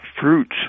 fruits